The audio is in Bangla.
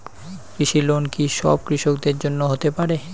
কৃষি লোন কি সব কৃষকদের জন্য হতে পারে?